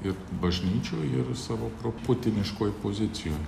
ir bažnyčioj ir savo proputiniškoj pozicijoj